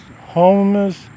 homeless